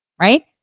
right